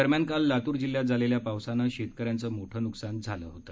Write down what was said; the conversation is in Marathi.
दरम्यान काल लात्र जिल्ह्यात झालेल्या पावसानं शेतकऱ्यांचं मोठं न्कसान झालं होतं